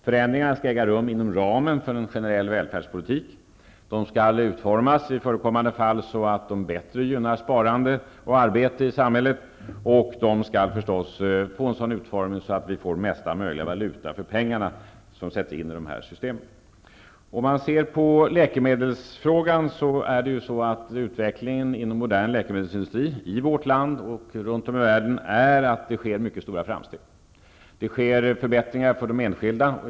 Förändringarna skall äga rum inom ramen för en generell välfärdspolitik. De skall i förekommande fall utformas så att de bättre gynnar sparande och arbete i samhället, och de skall förstås få en sådan utformning att vi får mesta möjliga valuta för pengarna som sätts in i dessa system. Utvecklingen inom modern läkemedelsindustri i vårt land och runt om i världen är sådan att det sker mycket stora framsteg. Det sker förbättringar för de enskilda.